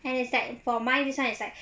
and is like for mine this [one] is like